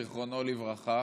זיכרונו לברכה.